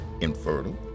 infertile